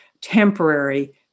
temporary